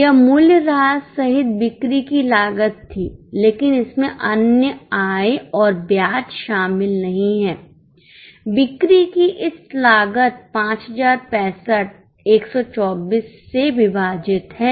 यह मूल्य ह्रास सहित बिक्री की लागत थी लेकिन इसमें अन्य आय और ब्याज शामिल नहीं है बिक्री की इस लागत 5065 124 से विभाजित है